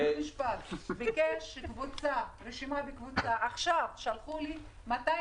יש קבוצה ששלחו לי עכשיו,